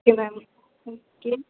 okay ma'am okay